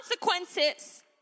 consequences